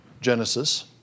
Genesis